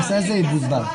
יוצא.